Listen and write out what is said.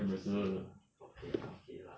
很难吃 ah okay lah okay lah